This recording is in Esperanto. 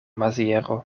maziero